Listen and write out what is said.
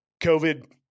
COVID